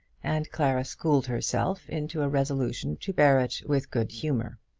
and clara schooled herself into a resolution to bear it with good humour.